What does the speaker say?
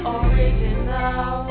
original